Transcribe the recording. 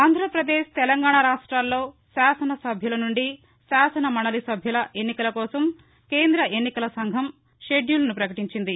ఆంధ్ర పదేశ్ తెలంగాణా రాష్ట్లల్లో శాసన సభ్యుల నుండి శాసన మండలి సభ్యుల ఎన్నికల కోసం కేంద్ర ఎన్నికల సంఘం షెడ్యూలును ప్రకటించింది